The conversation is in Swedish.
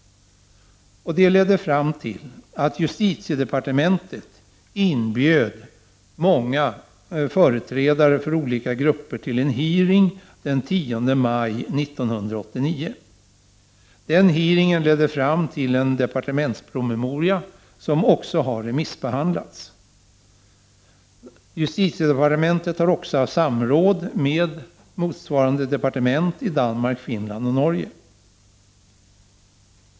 Det ledde fram till att justitiedepartementet inbjöd många företrädare för olika grupper till en hearing den 10 maj 1989. Denna hearing ledde fram till en departementspromemoria, som också har remissbehandlats. Justitiedepartementet har också haft samråd med motsvarande departement i Danmark, Finland och Norge.